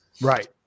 Right